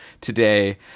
today